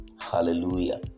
hallelujah